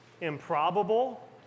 improbable